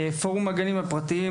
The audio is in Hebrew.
מנכ״לית פורום הגנים הפרטיים,